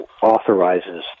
authorizes